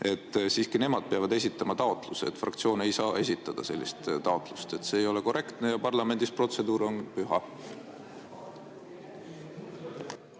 kuulsin, ja nemad peavad esitama taotluse. Fraktsioon ei saa esitada sellist taotlust, see ei ole korrektne. Parlamendis protseduur on püha.